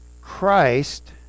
Christ